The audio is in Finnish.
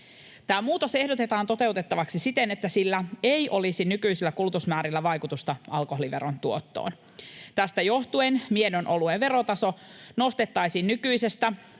Tämä muutos ehdotetaan toteutettavaksi siten, että sillä ei olisi nykyisillä kulutusmäärillä vaikutusta alkoholiveron tuottoon. Tästä johtuen miedon oluen verotaso nostettaisiin nykyisestä